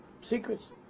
secrets